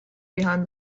behind